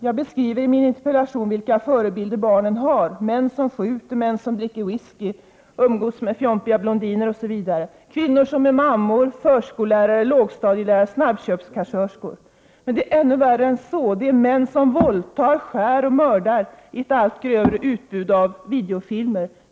Jag beskriver i min interpellation vilka förebilder barnen har — män som skjuter, män som dricker whisky, umgås med fjompiga blondiner osv.; kvinnor som är mammor, förskollärare, lågstadielärare eller shabbköpskassörskor. Men det är värre än så: Det är män som våldtar, skär och mördar i ett allt grövre utbud av videofilmer.